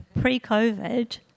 pre-COVID